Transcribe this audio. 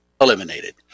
eliminated